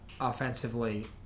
offensively